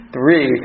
Three